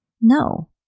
No